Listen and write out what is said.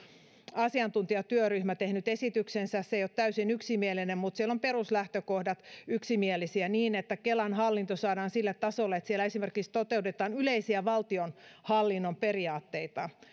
asiantuntijatyöryhmä tehnyt esityksensä se ei ole täysin yksimielinen mutta siellä on peruslähtökohdat yksimielisiä niin että kelan hallinto saadaan sille tasolle että siellä esimerkiksi toteutetaan yleisiä valtionhallinnon periaatteita